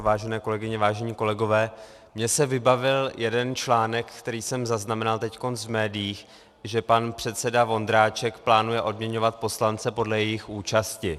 Vážené kolegyně, vážení kolegové, mně se vybavil jeden článek, který jsem teď zaznamenal v médiích, že pan předseda Vondráček plánuje odměňovat poslance podle jejich účasti.